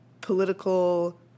political